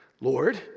Lord